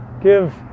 give